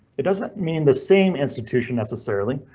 it doesn't mean the same institution necessarily,